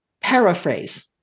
paraphrase